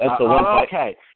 Okay